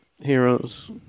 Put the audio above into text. heroes